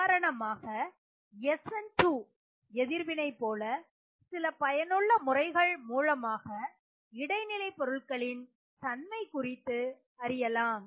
உதாரணமாக SN2 எதிர்வினை போல சில பயனுள்ள முறைகள் மூலமாக இடைநிலை பொருட்களின் தன்மை குறித்து அறியலாம்